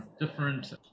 different